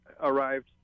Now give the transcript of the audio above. arrived